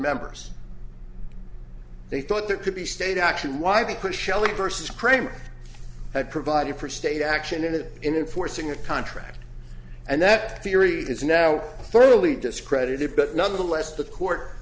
members they thought there could be state action why the push ellie versus kramer had provided for state action in it in forcing a contract and that theory is now thoroughly discredited but nonetheless the court